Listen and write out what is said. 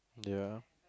ya